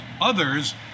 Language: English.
others